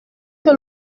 que